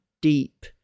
deep